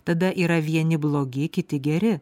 tada yra vieni blogi kiti geri